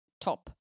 top